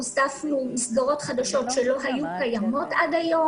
הוספנו מסגרות חדשות שלא היו קיימות עד היום,